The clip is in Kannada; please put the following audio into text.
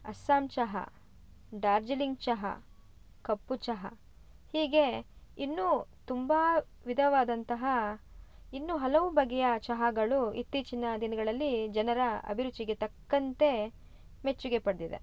ಅಸ್ಸಾಮ್ ಚಹಾ ಡಾರ್ಜಿಲಿಂಗ್ ಚಹಾ ಕಪ್ಪು ಚಹಾ ಹೀಗೆ ಇನ್ನು ತುಂಬ ವಿಧವಾದಂತಹ ಇನ್ನು ಹಲವು ಬಗೆಯ ಚಹಾಗಳು ಇತ್ತೀಚಿನ ದಿನಗಳಲ್ಲಿ ಜನರ ಅಭಿರುಚಿಗೆ ತಕ್ಕಂತೆ ಮೆಚ್ಚುಗೆ ಪಡೆದಿದೆ